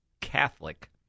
Catholic